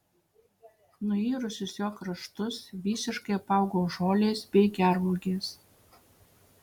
nuirusius jo kraštus visiškai apaugo žolės bei gervuogės